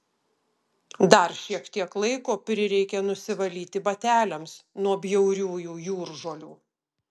dar šiek tiek laiko prireikė nusivalyti bateliams nuo bjauriųjų jūržolių